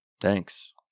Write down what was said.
Thanks